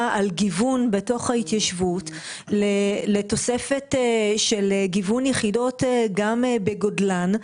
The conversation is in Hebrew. על גיוון בתוך ההתיישבות לתוספת של גיוון יחידות גם בגודלן,